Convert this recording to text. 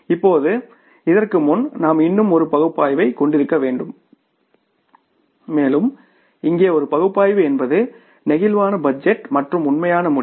இப்போது இதற்கு முன் நாம் இன்னும் ஒரு பகுப்பாய்வைக் கொண்டிருக்க வேண்டும் மேலும் இங்கே ஒரு பகுப்பாய்வு என்பது பிளேக்சிபிள் பட்ஜெட் மற்றும் உண்மையான முடிவு